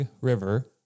River